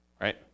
Right